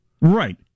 Right